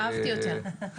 אהבתי יותר.